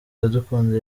iradukunda